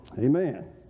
Amen